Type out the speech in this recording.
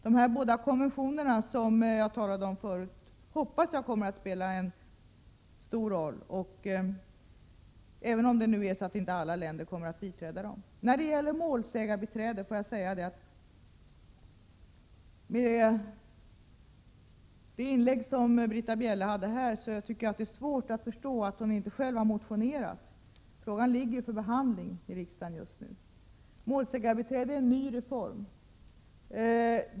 De båda konventioner som jag talade om förut hoppas jag kommer att spela en stor roll, även om inte alla länder kommer att biträda dem. Sedan till frågan om målsägarbiträde. Med Britta Bjelles inlägg här har jag svårt att förstå att hon inte själv har motionerat i frågan. Ärendet ligger för behandling i riksdagen just nu. Reformen om målsägandebiträde är ny.